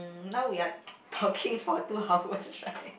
mm now we are talking for two hours right